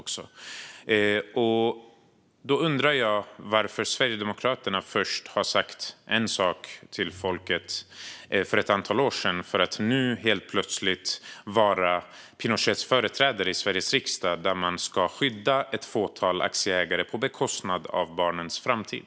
Jag undrar varför Sverigedemokraterna har sagt en sak till folket för ett antal år sedan, för att nu helt plötsligt vara Pinochets företrädare i Sveriges riksdag och vilja skydda ett fåtal aktieägare på bekostnad av barnens framtid.